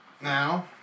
Now